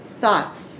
thoughts